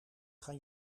gaan